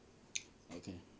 okay